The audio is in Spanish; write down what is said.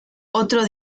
otro